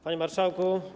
Panie Marszałku!